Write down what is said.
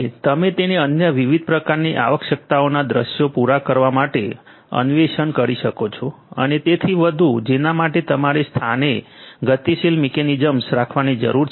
અને તમે તેને અન્ય વિવિધ પ્રકારની આવશ્યકતાઓનાં દૃશ્યો પૂરાં કરવા માટે અન્વેષણ કરી શકો છો અને તેથી વધુ જેના માટે તમારે સ્થાને ગતિશીલ મિકેનિઝમ્સ રાખવાની જરૂર છે